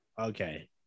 Okay